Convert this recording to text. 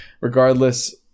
regardless